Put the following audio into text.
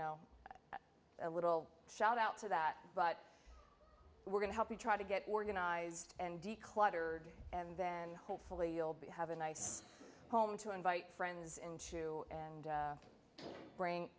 know a little shout out to that but we're going to help you try to get organized and d cluttered and then hopefully we'll be have a nice home to invite friends into and